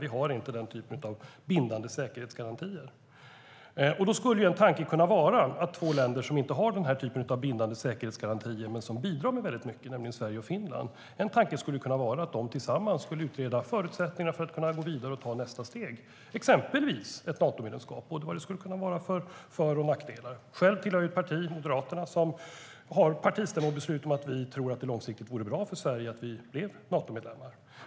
Vi har inte den typen av bindande säkerhetsgarantier. Då skulle en tanke kunna vara att två länder som inte har den här typen av bindande säkerhetsgarantier men som bidrar med väldigt mycket, nämligen Sverige och Finland, tillsammans skulle utreda förutsättningarna för att gå vidare och ta nästa steg, exempelvis ett Natomedlemskap och vad det skulle kunna vara för för och nackdelar med det. Själv tillhör jag ett parti, Moderaterna, som har ett partistämmobeslut om att det långsiktigt vore bra för Sverige om vi blev Natomedlemmar.